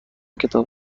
کتاب